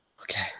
Okay